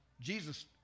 Jesus